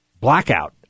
blackout